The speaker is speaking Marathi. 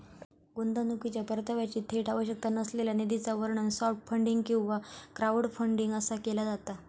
गुंतवणुकीच्यो परताव्याची थेट आवश्यकता नसलेल्या निधीचा वर्णन सॉफ्ट फंडिंग किंवा क्राऊडफंडिंग असा केला जाता